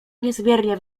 niezmiernie